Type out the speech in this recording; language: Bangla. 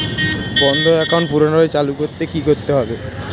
বন্ধ একাউন্ট পুনরায় চালু করতে কি করতে হবে?